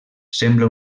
sembla